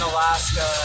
Alaska